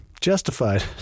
Justified